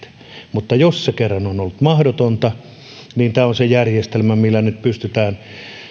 mutta jos se kerran on ollut mahdotonta niin tämä on se järjestelmä millä nyt pystytään